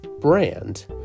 brand